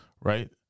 right